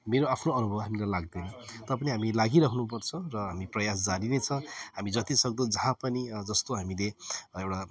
मेरो आफ्नो अनुभव हामीलाई लाग्दैन तापनि हामी लागिरहनुपर्छ र हामी प्रयास जारी नै छ हामी जतिसक्दो जहाँ पनि जस्तो हामीले एउटा